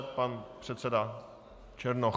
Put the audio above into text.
Pan předseda Černoch.